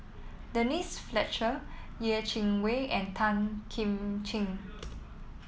Denise Fletcher Yeh Chi Wei and Tan Kim Ching